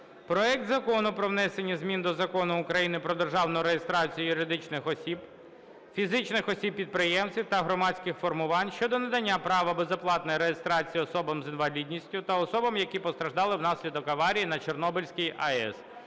проект Закону про внесення змін до Закону України "Про державну реєстрацію юридичних осіб, фізичних осіб-підприємців та громадських формувань" (щодо надання права безоплатної реєстрації особам з інвалідністю та особам, які постраждали внаслідок аварії на Чорнобильській АЕС)